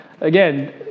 Again